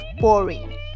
boring